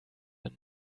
been